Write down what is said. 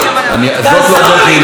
אני לא אמרתי שאני יותר יהודי ממך.